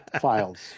files